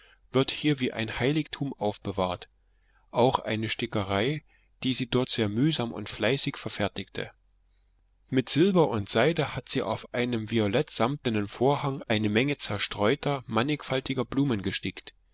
wird hier wie ein heiligtum aufbewahrt auch eine stickerei die sie dort sehr mühsam und fleißig verfertigte mit silber und seide hat sie auf einem violett samtenen vorhang eine menge zerstreuter mannigfaltiger blumen gestickt